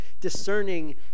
discerning